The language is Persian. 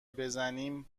بزنیم